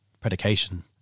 predication